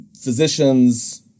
physicians